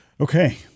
Okay